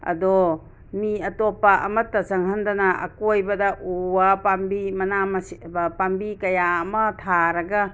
ꯑꯗꯣ ꯃꯤ ꯑꯇꯣꯞꯄ ꯑꯃꯠꯇ ꯆꯪꯍꯟꯗꯅ ꯑꯀꯣꯏꯕꯗ ꯎ ꯋꯥ ꯄꯥꯝꯕꯤ ꯃꯅꯥ ꯃꯁꯤ ꯄꯥꯝꯕꯤ ꯀꯌꯥ ꯑꯃ ꯊꯥꯔꯒ